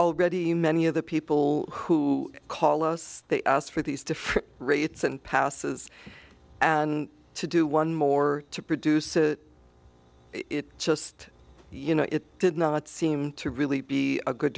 already many of the people who call us they ask for these different rates and passes and to do one more to produce it it just you know it did not seem to really be a good